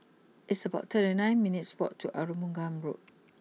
it's about thirty nine minutes' walk to Arumugam Road